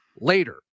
later